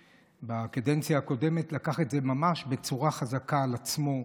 שבקדנציה הקודמת לקח את זה ממש בצורה חזקה על עצמו,